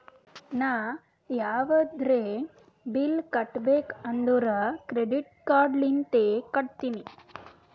ನಾ ಯಾವದ್ರೆ ಬಿಲ್ ಕಟ್ಟಬೇಕ್ ಅಂದುರ್ ಕ್ರೆಡಿಟ್ ಕಾರ್ಡ್ ಲಿಂತೆ ಕಟ್ಟತ್ತಿನಿ